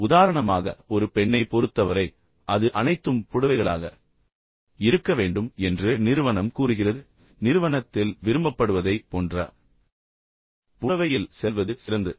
எனவே உதாரணமாக ஒரு பெண்ணைப் பொறுத்தவரை அது அனைத்தும் புடவைகளாக இருக்க வேண்டும் என்று நிறுவனம் கூறுகிறது எனவே நிறுவனத்தில் விரும்பப்படுவதைப் போன்ற புடவையில் செல்வது சிறந்தது